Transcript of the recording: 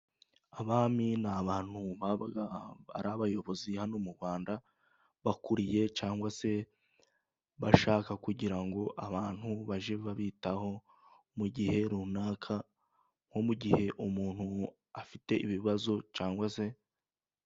Abami ni abantu babaga ari abayobozi hano mu Rwanda，bakuriye cyangwa se bashaka kugira ngo，abantu bage babitaho mu gihe runaka，nko mu gihe umuntu afite ibibazo cyangwa se...